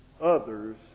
others